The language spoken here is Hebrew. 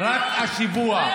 רק השבוע,